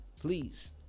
Please